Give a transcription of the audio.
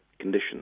conditions